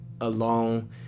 alone